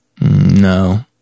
No